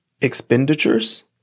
expenditures